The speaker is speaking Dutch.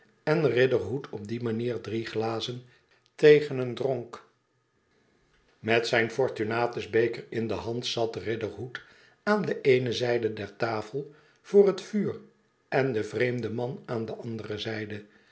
en riderhood op die manier drie glazen tegen ééo dronk met zijn fortunatus beker in de hand zat riderhood aan de eene zijde der tafel voor het vuur en de vreemde man aan de andere zijde